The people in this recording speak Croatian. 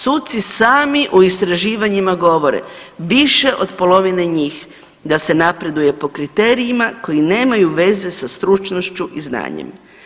Suci sami u istraživanjima govore, više od polovine njih, da se napreduje po kriterijima koji nemaju veze sa stručnošću i znanjem.